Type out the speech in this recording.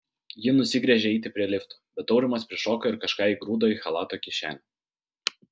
ji nusigręžė eiti prie lifto bet aurimas prišoko ir kažką įgrūdo į chalato kišenę